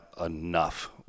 enough